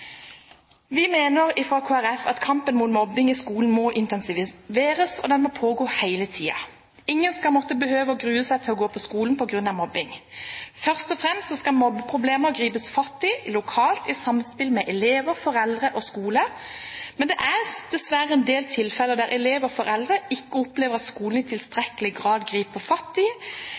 Vi fra Kristelig Folkeparti mener at kampen mot mobbing i skolen må intensiveres, og den må pågå hele tiden. Ingen skal måtte behøve å grue seg til å gå på skolen på grunn av mobbing. Først og fremst skal mobbeproblemer gripes fatt i lokalt i samspill mellom elever, foreldre og skole. Men det er dessverre en del tilfeller der elev og foreldre ikke opplever at skolen i tilstrekkelig grad griper fatt i